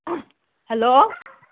hello